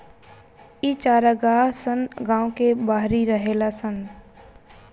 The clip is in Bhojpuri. इ चारागाह सन गांव के बाहरी रहेला सन